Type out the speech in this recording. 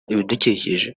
ibidukikije